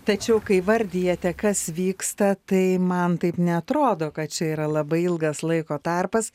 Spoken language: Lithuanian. tačiau kai vardijate kas vyksta tai man taip neatrodo kad čia yra labai ilgas laiko tarpas